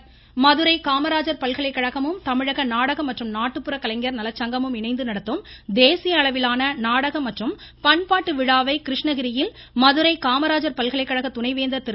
இருவரி மதுரை காமராசர் பல்கலைக்கழகமும் தமிழக நாடக மற்றும் நாட்டுப்புற கலைஞர்கள் நல சங்கமும் இணைந்து நடத்தும் தேசிய அளவிலான நாடக மற்றும் பண்பாட்டு விழாவை கிருஷ்ணகிரியில் மதுரை காமராசர் பல்கலைக்கழக துணைவேந்தர் திரு